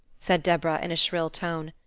said deborah in a shrill tone,